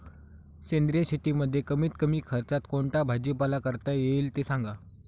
सेंद्रिय शेतीमध्ये कमीत कमी खर्चात कोणता भाजीपाला करता येईल ते सांगा